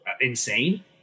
insane